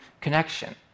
connection